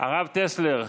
הרב טסלר.